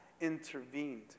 intervened